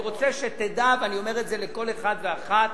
אני רוצה שתדע, ואני אומר את זה לכל אחד ואחת